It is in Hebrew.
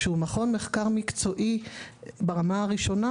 שהוא מכון מחקר מקצועי ברמה הראשונה,